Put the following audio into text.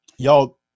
Y'all